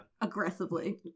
Aggressively